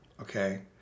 Okay